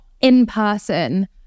in-person